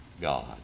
God